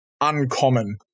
uncommon